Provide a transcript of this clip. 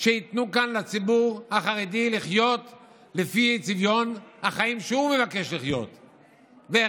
שייתנו כאן לציבור החרדי לחיות לפי צביון החיים שהוא מבקש לחיות בו,